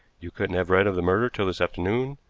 you couldn't have read of the murder till this afternoon,